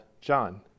John